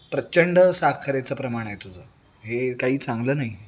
प्रचंड साखरेचं प्रमाण आहे तुझं हे काही चांगलं नाही